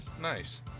Nice